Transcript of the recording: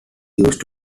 used